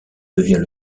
devient